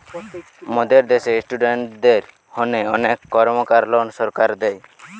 মোদের দ্যাশে ইস্টুডেন্টদের হোনে অনেক কর্মকার লোন সরকার দেয়